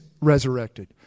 resurrected